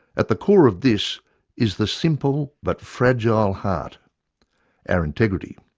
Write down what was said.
at the core of this is the simple but fragile heart our integrity.